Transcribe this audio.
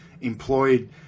employed